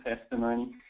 testimony